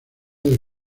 del